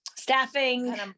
Staffing